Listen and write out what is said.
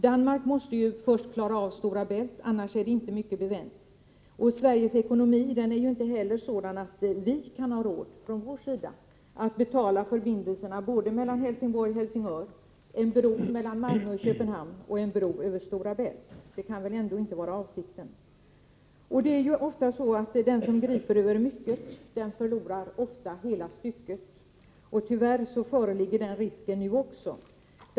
Danmark måste först klara av vad som gäller Stora Bält. Annars är det inte så mycket bevänt med det hela. Sveriges ekonomi är ju inte heller sådan att vi från vår sida kan ha råd med att betala förbindelserna mellan Helsingborg och Helsingör, en bro mellan Malmö och Köpenhamn och en bro över Stora Bält. Det kan väl inte vara avsikten. Det är ju oftast så att den som griper över mycket förlorar hela stycket. Tyvärr föreligger den risken också nu.